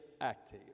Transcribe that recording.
active